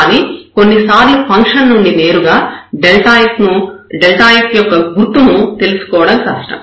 కానీ కొన్నిసార్లు ఫంక్షన్ నుండి నేరుగా f యొక్క గుర్తును తెలుసుకోవడం కష్టం